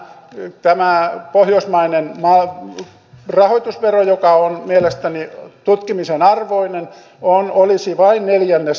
tämä pohjoismainen rahoitusvero joka on mielestäni tutkimisen arvoinen olisi vain neljännes tästä